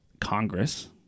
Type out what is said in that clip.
Congress